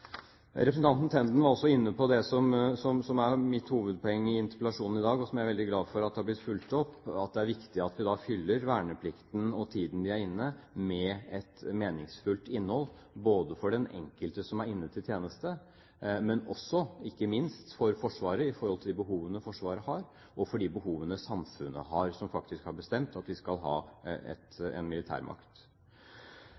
Representanten Tenden var også inne på det som er mitt hovedpoeng i interpellasjonen i dag, og som jeg er veldig glad for at har blitt fulgt opp, at det er viktig at vi fyller verneplikten og tiden de er inne, med et meningsfullt innhold, både for den enkelte som er inne til tjeneste, og – ikke minst – for Forsvaret, i forhold til de behovene Forsvaret har, og de behovene samfunnet har, som faktisk har bestemt at vi skal ha